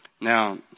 Now